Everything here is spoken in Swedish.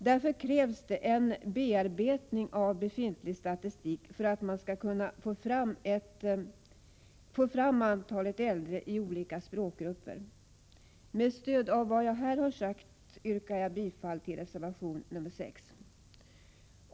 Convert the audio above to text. Därför krävs det en bearbetning av befintlig statistik för att man skall kunna få fram antalet äldre i olika språkgrupper. Med stöd av vad jag här har sagt yrkar jag bifall till reservation nr 6.